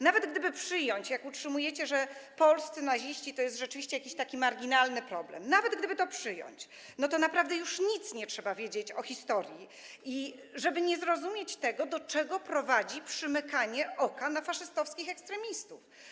Nawet gdyby przyjąć, jak utrzymujecie, że polscy naziści to jest rzeczywiście jakiś taki marginalny problem, nawet gdyby to przyjąć, to naprawdę już nic nie trzeba wiedzieć o historii, żeby nie zrozumieć, do czego prowadzi przymykanie oka na faszystowskich ekstremistów.